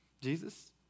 Jesus